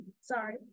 Sorry